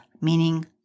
meaning